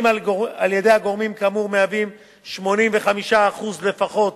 על-ידי הגורמים כאמור הם 85% לפחות